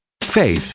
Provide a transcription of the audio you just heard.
Faith